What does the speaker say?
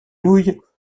nouilles